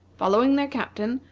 following their captain,